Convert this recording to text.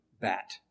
BAT